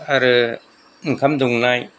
आरो ओंखाम दौनाय